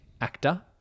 actor